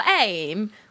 aim